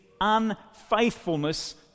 unfaithfulness